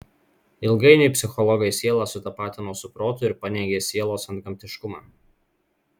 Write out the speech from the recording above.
ilgainiui psichologai sielą sutapatino su protu ir paneigė sielos antgamtiškumą